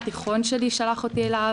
התיכון שלי, בנות אלישבע, שלח אותי אליו.